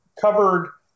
covered